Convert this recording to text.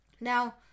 Now